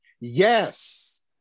yes